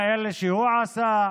עשה,